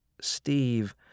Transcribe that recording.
Steve